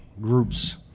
groups